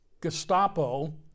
Gestapo